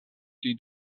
pli